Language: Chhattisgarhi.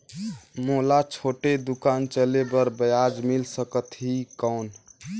मोला छोटे दुकान चले बर ब्याज मिल सकत ही कौन?